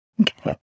Okay